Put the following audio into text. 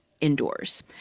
indoors